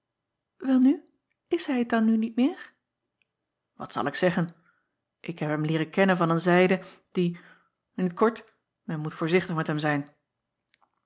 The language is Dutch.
elnu is hij t dan nu niet meer acob van ennep laasje evenster delen at zal ik zeggen k heb hem leeren kennen van een zijde die in t kort men moet voorzichtig met hem zijn